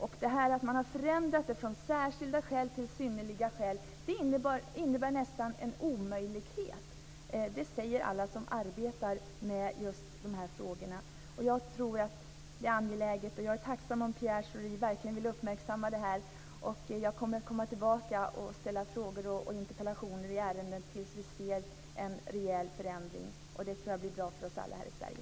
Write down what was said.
Förändringen av kravet på särskilda skäl till synnerliga skäl innebär nästan en omöjlighet. Det säger alla som arbetar med de här frågorna. Jag tror att det är angeläget, och jag är tacksam om Pierre Schori verkligen vill uppmärksamma det här. Jag ämnar komma tillbaka med frågor och interpellationer i ärendet tills vi ser en rejäl förändring. Jag tror att det blir bra för oss alla här i Sverige.